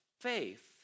faith